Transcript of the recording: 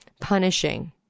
punishing